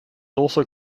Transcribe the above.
also